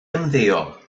ymddeol